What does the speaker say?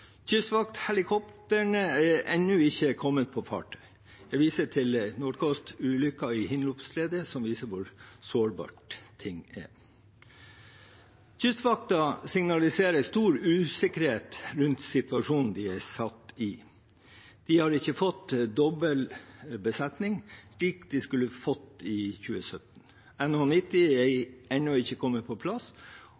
er ennå ikke kommet – jeg viser til «Northguider»-ulykken i Hinlopenstretet, som viser hvor sårbart det er. Kystvakten signaliserer stor usikkerhet rundt situasjonen de er satt i. De har ikke fått dobbel besetning, som de skulle fått i 2017.